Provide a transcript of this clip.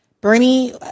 Bernie